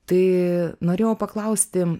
tai norėjau paklausti